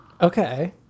Okay